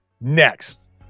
next